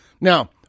Now